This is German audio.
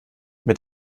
mit